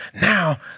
Now